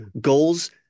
goals